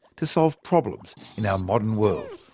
to solve problems in our modern world.